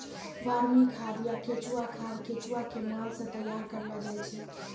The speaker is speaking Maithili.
वर्मी खाद या केंचुआ खाद केंचुआ के मल सॅ तैयार करलो जाय छै